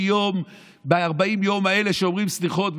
יום ב-40 יום האלה שאומרים סליחות,